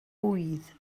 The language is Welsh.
ŵydd